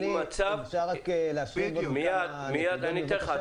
אפשר להשיב לו -- מיד אני אתן לך,